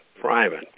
private